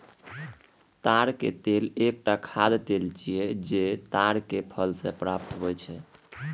ताड़क तेल एकटा खाद्य तेल छियै, जे ताड़क फल सं प्राप्त होइ छै